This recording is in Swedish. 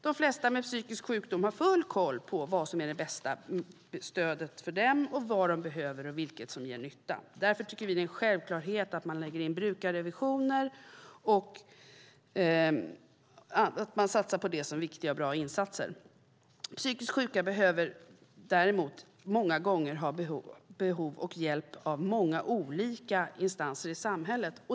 De flesta med psykisk sjukdom har full koll på vad som är det bästa stödet för dem, vad de behöver och vad som gör nytta. Därför tycker vi att det är en självklarhet att man lägger in brukarrevisioner och satsar på det som viktiga och bra insatser. Psykiskt sjuka har däremot många gånger behov av hjälp från många olika instanser i samhället.